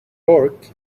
york